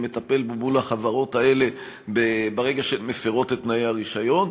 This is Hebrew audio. שמטפל בחברות האלה ברגע שהן מפרות את תנאי הרישיון,